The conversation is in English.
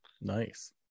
Nice